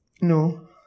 No